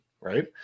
Right